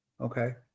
Okay